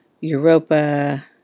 Europa